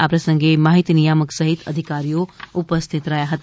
આ પ્રસંગે માહિતી નિયામક સહિત અધિકારીઓ ઉપસ્થિત રહ્યા હતા